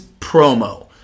promo